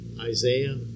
Isaiah